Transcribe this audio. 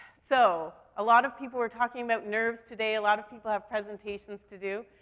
so a lot of people were talking about nerves today. a lot of people have presentations to do.